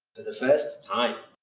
for the first time,